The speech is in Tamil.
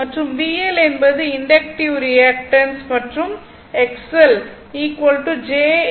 மற்றும் VL என்பது இண்டக்ட்டிவ் ரியாக்டன்ஸ் மற்றும் XL j L ω